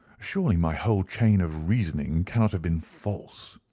surely my whole chain of reasoning cannot have been false.